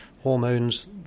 hormones